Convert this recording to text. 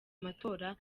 matora